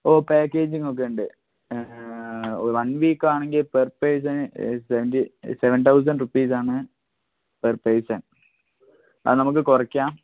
ഓ package നോക്കുന്നുണ്ട് one വീക്കാണെങ്കിൽ per പേഴ്സന് സെവെൻറ്റി സെവൻ തൗസൻഡ് റുപ്പീസാണ് പെർ പേഴ്സൺ അത് നമുക്ക് കുറക്കാം